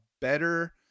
better